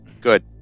Good